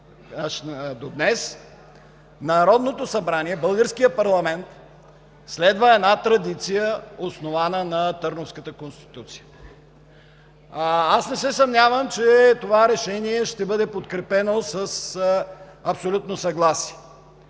до днес Народното събрание, българският парламент, следва една традиция, основана на Търновската конституция. Аз не се съмнявам, че това Решение ще бъде подкрепено с абсолютно съгласие,